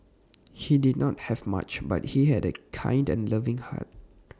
he did not have much but he had A kind and loving heart